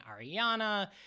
Ariana